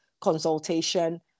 consultation